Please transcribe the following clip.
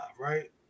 right